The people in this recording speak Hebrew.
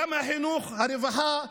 גם החינוך, הרווחה,